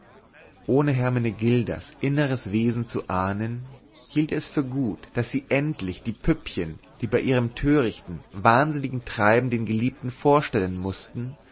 ohne hermenegildas inneres wesen zu ahnen hielt er es für gut daß sie endlich die püppchen die bei ihrem törigten wahnsinnigen treiben den geliebten vorstellen mußten